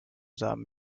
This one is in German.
samen